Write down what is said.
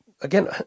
again